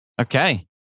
Okay